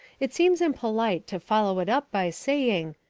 it seems impolite, to follow it up by saying,